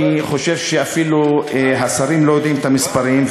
אני חושב שאפילו השרים לא יודעים את המספרים.